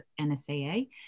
NSAA